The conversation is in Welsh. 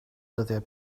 dyddiau